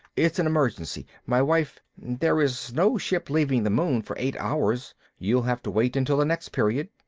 it's an emergency. my wife there's no ship leaving the moon for eight hours you'll have to wait until the next period.